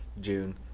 june